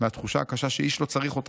מהתחושה הקשה שאיש לא צריך אותם.